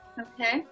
Okay